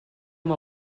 amb